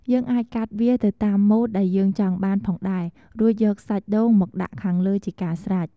យើងអាចកាត់វាទៅតាមមូតដែលយើងចង់បានផងដែរ រួចយកសាច់ដូងមកដាក់ខាងលើជាការស្រេច។